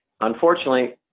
Unfortunately